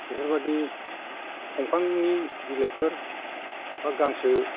बेफोरबायदि बिफांनि बिलाइफोर बा गांसो